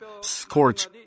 scorch